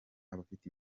abafite